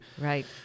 Right